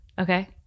Okay